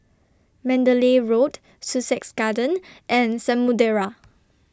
Mandalay Road Sussex Garden and Samudera